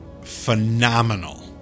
phenomenal